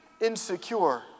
insecure